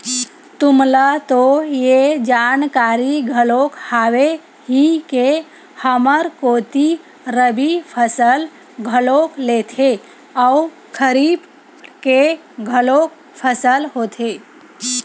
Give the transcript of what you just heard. तुमला तो ये जानकारी घलोक हावे ही के हमर कोती रबि फसल घलोक लेथे अउ खरीफ के घलोक फसल होथे